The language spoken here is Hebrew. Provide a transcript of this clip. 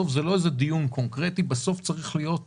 זה לא דיון קונקרטי אלא בסוף צריך להיות אישור.